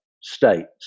states